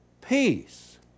peace